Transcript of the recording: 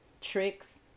tricks